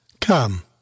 Come